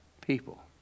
people